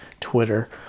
Twitter